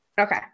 okay